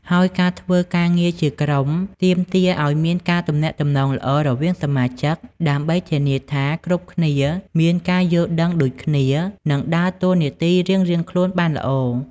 ហើយការធ្វើការងារជាក្រុមទាមទារឱ្យមានការទំនាក់ទំនងល្អ រវាងសមាជិក ដើម្បីធានាថាគ្រប់គ្នាមានការយល់ដឹងដូចគ្នា និងដើរតួនាទីរៀងៗខ្លួនបានល្អ។